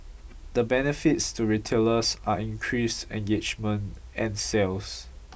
the benefits to retailers are increased engagement and sales